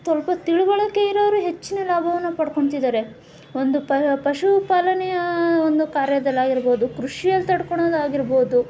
ಸ್ವಲ್ಪ ತಿಳಿವಳಿಕೆ ಇರೋರು ಹೆಚ್ಚಿನ ಲಾಭವನ್ನು ಪಡ್ಕೊತಿದ್ದಾರೆ ಒಂದು ಪ ಪಶು ಪಾಲನೆಯ ಒಂದು ಕಾರ್ಯದಲ್ಲಾಗಿರ್ಬೋದು ಕೃಷಿಯಲ್ಲಿ ಆಗಿರ್ಬೋದು